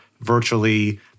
virtually